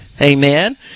Amen